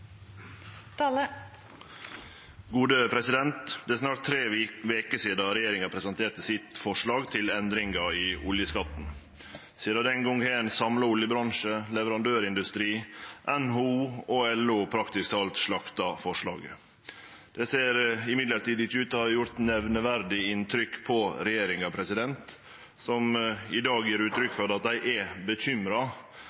siste hovedspørsmål. Det er snart tre veker sidan regjeringa presenterte sitt forslag til endringar i oljeskatten. Sidan den gong har ein samla oljebransje, leverandørindustrien, NHO og LO praktisk talt slakta forslaget. Det ser likevel ikkje ut til å ha gjort nemneverdig inntrykk på regjeringa, som i dag gjev uttrykk